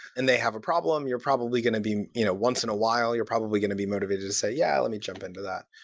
and they have a problem, you're probably going to be you know once in a while, you're probably going to be motivated to say, yeah, let me jump into that,